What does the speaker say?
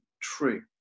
true